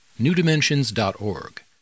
newdimensions.org